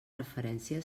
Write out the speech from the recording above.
referència